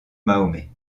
mahomet